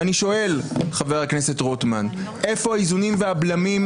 אני שואל חבר הכנסת רוטמן איפה האיזונים והבלמים,